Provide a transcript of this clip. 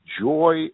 joy